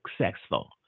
successful